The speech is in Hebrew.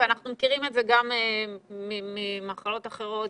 ואנחנו מכירים את זה ממחלות אחרות.